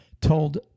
told